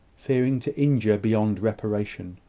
fearing to injure beyond reparation.